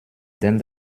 denn